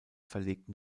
verlegten